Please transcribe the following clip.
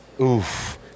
Oof